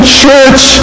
church